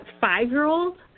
five-year-old